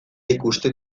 ikusten